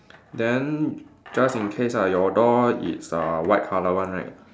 then just in case ah your door is uh white colour one right